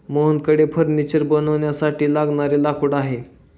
मोहनकडे फर्निचर बनवण्यासाठी लागणारे लाकूड आहे